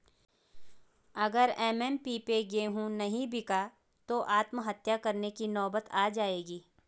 अगर एम.एस.पी पे गेंहू नहीं बिका तो आत्महत्या करने की नौबत आ जाएगी